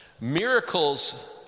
Miracles